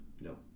No